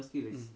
mm